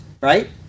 right